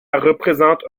représente